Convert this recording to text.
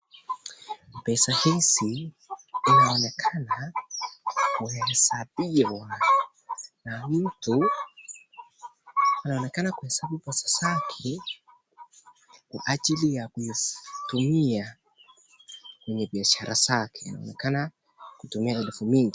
Pesa hizi inaonekana kuesapiwa na mtu ,anonekana kuesabu pesa zake kwa haji ya kuitumia kwenye biashara zake inaonekana kumumia elfu mingi.